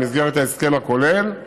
במסגרת ההסכם הכולל,